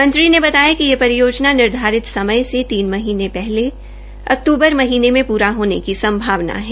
मंत्री ने बताया कि यह परियोजना निर्धारित समय में तीन महीने पहले अक्तूबर महीनें में पूरा होने की संभावना है